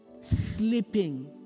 sleeping